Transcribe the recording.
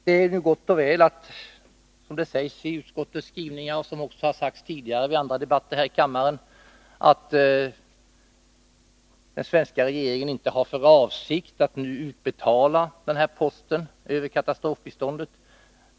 Det är gott och väl—som det sägs i utskottets skrivning och som även har sagts tidigare i andra debatter här i kammaren — att den svenska regeringen inte har för avsikt att nu utbetala denna post över katastrofbiståndet.